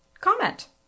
comment